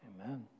Amen